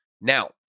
Now